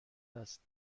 است